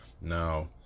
Now